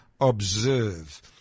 observe